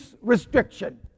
restriction